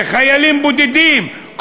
חיילים בודדים,